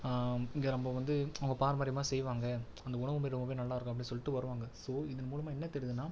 இங்கே ரொம்ப வந்து அவங்க பாரம்பரியமாக செய்வாங்க அந்த உணவுமே ரொம்பவே நல்லா இருக்கும் அப்படின்னு சொல்லிட்டு வருவாங்க ஸோ இதன் மூலமாக என்ன தெரியுதுன்னால்